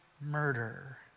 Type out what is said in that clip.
murder